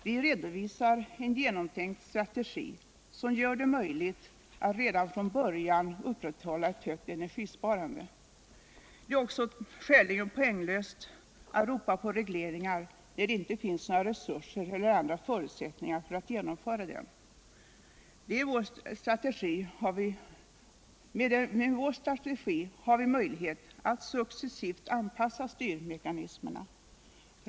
Vi redovisar en genomtänkt strategi som gör det möjligt att redan från början upprätthålla ett högt energisparande. Det är också skäligen poänglöst att ropa på regleringar. när det inte finns några resurser eller andra förutsättningar för att genomföra dem. Med vår strategi har vi möjlighet att successivt anpassa styrmekanismerna.